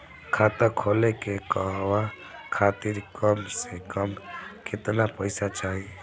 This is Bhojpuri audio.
खाता खोले के कहवा खातिर कम से कम केतना पइसा चाहीं?